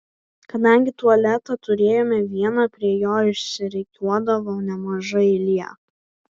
kadangi tualetą turėjome vieną prie jo išsirikiuodavo nemaža eilė